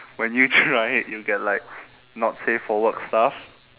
when you try it you get like not say for work stuff